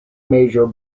major